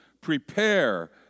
Prepare